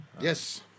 Yes